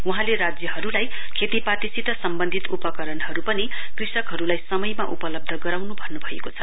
वहाँले राज्यहरुलाई खेतीपातीसित सम्वन्धित उपकरणहरु पनि कृषकहरुलाई समयमा उपलब्ध गराउनु भन्नुभएको छ